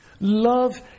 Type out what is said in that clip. love